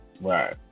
right